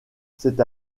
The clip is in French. c’est